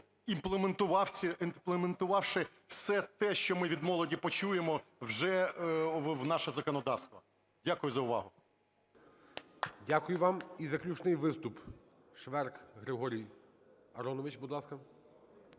імплементувавши все те, що ми від молоді почуємо, вже в наше законодавство. Дякую за увагу. ГОЛОВУЮЧИЙ. Дякую вам. І заключний виступ - Шверк Григорій Аронович. Будь ласка.